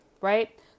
right